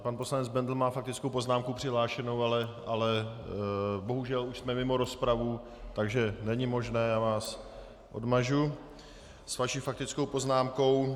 Pan poslanec Bendl má faktickou poznámku přihlášenu, ale bohužel už jsme mimo rozpravu, takže to není možné a já vás odmažu s vaší faktickou poznámkou.